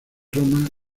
roma